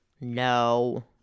No